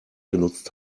genutzt